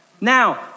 Now